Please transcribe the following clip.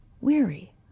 weary